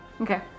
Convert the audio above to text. Okay